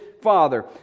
father